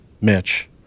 Mitch